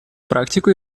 практику